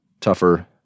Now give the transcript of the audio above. tougher